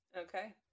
okay